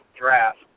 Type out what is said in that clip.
draft